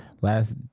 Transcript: Last